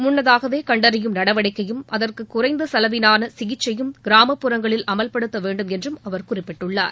முன்னதாகவே கண்டறியும் நடவடிக்கையும் அதற்கு குறைந்த செலவிலான சிகிச்சையும் கிராமப்புறங்களில் அமல்படுத்த வேண்டுமென்றும் அவர் குறிப்பிட்டுள்ளார்